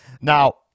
Now